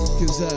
cause